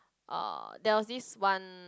uh there was this one